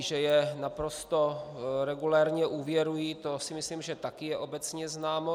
Že je naprosto regulérně úvěrují, to si myslím, že je také obecně známo.